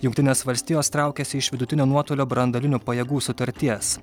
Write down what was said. jungtinės valstijos traukiasi iš vidutinio nuotolio branduolinių pajėgų sutarties